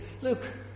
Look